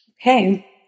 Okay